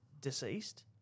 deceased